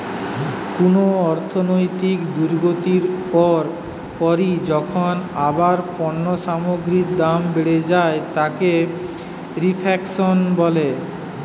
কুনো অর্থনৈতিক দুর্গতির পর পরই যখন আবার পণ্য সামগ্রীর দাম বেড়ে যায় তাকে রেফ্ল্যাশন বলে